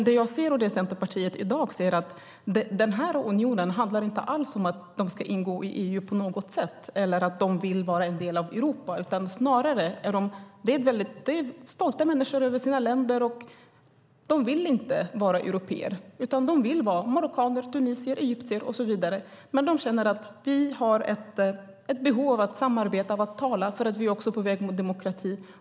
Det jag och Centerpartiet i dag ser är att den här unionen inte alls handlar om att länderna ska ingå i EU på något sätt eller att de vill vara en del av Europa. Människorna där är stolta över sina länder. De vill inte vara européer, utan de vill vara marockaner, tunisier, egyptier och så vidare, men de känner att de har ett behov av att samarbeta och tala, för de är också på väg mot demokrati.